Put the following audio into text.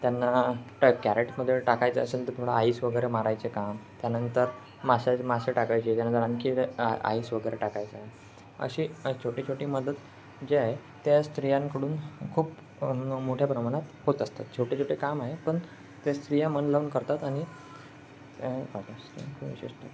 त्यांना ट कॅरेटमध्ये टाकायचं असेल तर तुम्हाला आईस वगैरे मारायचे काम त्यानंतर माशा मासे टाकायचे त्यानंतर आणखी आ आ आईस वगैरे टाकायचं आहे अशी छोटी छोटी मदत जे आहे त्या स्त्रियांकडून खूप मोठ्या प्रमाणात होत असतात छोटे छोटे काम आहे पण ते स्त्रिया मन लावून करतात आणि विशेषत